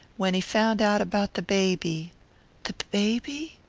when he found out about the baby the baby?